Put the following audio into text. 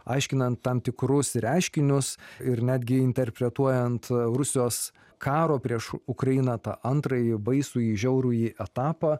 aiškinant tam tikrus reiškinius ir netgi interpretuojant rusijos karo prieš ukrainą tą antrąjį baisųjį žiaurųjį etapą